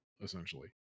essentially